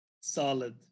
Solid